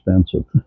expensive